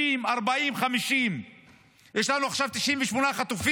30, 40, 50. יש לנו עכשיו 98 חטופים?